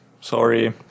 Sorry